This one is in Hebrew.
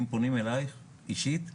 אם פונים אליך אישית,